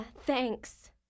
Thanks